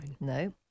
No